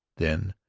then,